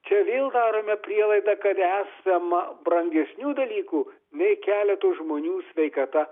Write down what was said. čia vėl darome prielaidą kad esama brangesnių dalykų nei keleto žmonių sveikata